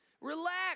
Relax